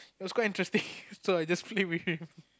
it was quite interesting so I just play with him